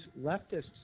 leftists